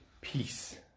peace